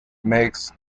makes